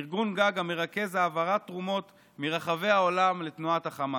ארגון גג המרכז העברת תרומות מרחבי העולם לתנועת החמאס.